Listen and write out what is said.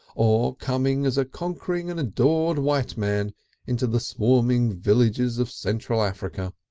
or coming as a conquering and adored white man into the swarming villages of central africa.